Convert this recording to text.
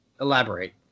elaborate